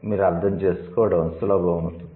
మీరు అర్థం చేసుకోవడం సులభం అవుతుంది